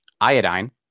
iodine